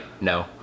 no